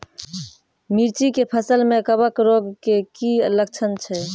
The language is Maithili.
मिर्ची के फसल मे कवक रोग के की लक्छण छै?